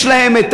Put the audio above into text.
יש להם את